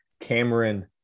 Cameron